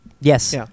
Yes